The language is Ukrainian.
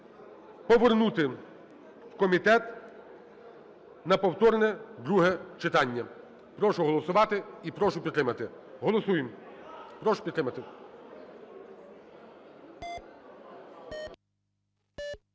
повернути в комітет на повторне друге читання. Прошу голосувати і прошу підтримати. Голосуємо. Прошу підтримати.